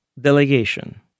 delegation